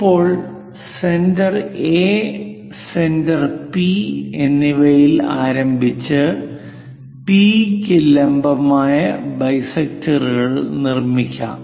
ഇപ്പോൾ centre A centre P എന്നിവയിൽ ആരംഭിച്ച് പി യ്ക്ക് ലംബമായ ബൈസെക്ടറുകൾ നിർമ്മിക്കാം